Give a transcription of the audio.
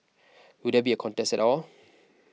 will there be a contest at all